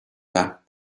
that